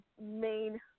main